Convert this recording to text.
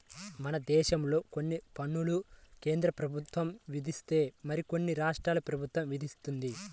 మనదేశంలో కొన్ని పన్నులు కేంద్రప్రభుత్వం విధిస్తే మరికొన్ని రాష్ట్ర ప్రభుత్వం విధిత్తది